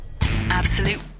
Absolute